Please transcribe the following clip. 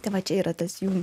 tai va čia yra tas jų